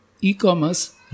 e-commerce